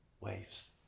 waves